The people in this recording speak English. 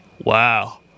Wow